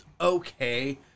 okay